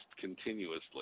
continuously